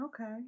Okay